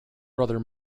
brother